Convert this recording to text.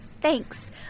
Thanks